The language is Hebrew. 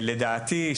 לדעתי,